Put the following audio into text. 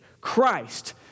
Christ